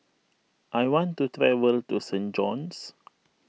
I want to travel to Saint John's